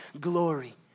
glory